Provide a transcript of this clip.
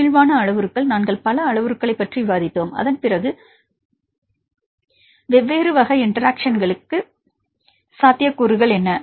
நெகிழ்வான அளவுருக்கள் நாங்கள் பல அளவுருக்களைப் பற்றி விவாதித்தோம் அதன்பிறகு வெவ்வேறு வகை இன்டெராக்ஷன்களுக்கு சாத்தியக்கூறுகள் என்ன